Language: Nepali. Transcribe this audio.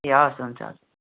ए हवस् हुन्छ